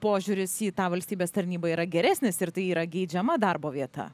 požiūris į tą valstybės tarnybą yra geresnis ir tai yra geidžiama darbo vieta